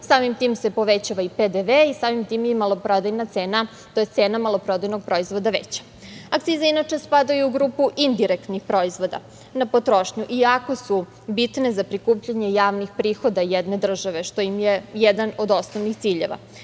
samim tim se povećava i PDV i samim tim i maloprodajna cena, tj. cena maloprodajnog proizvoda veća. Akcize inače spadaju u grupu indirektnih proizvoda na potrošnju i jako su bitne za prikupljanje javnih prihoda jedne države, što im je jedan od osnovnih ciljeva. Širok